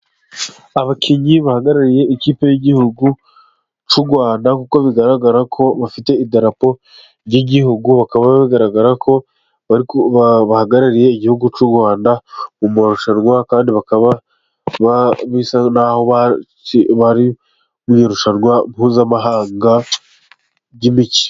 Abakinnyi bahagarariye ikipe y'igihugu cy'u Rwanda, kuko bigaragara ko bafite idarapo ry'igihugu, bakaba bigaragara ko bahagarariye igihugu cy'u Rwanda mu marushanwa, kandi bakaba bisa n'aho bari mu irushanwa mpuzamahanga ry'imikino.